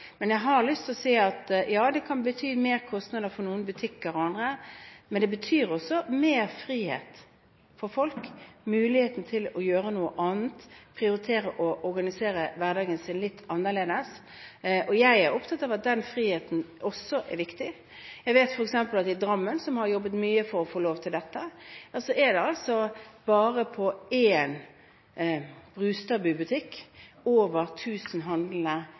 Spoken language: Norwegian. men det kan også bety mer frihet for folk – mulighet til å gjøre noe annet, mulighet til å prioritere og å organisere hverdagen sin litt annerledes. Jeg er opptatt av at også den friheten er viktig. Jeg vet at f.eks. i Drammen, der man har jobbet mye for å få lov til dette, er det i bare én Brustad-bu over 1 000 handlende hver eneste søndag. Det tyder vel på